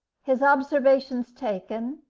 his observations taken,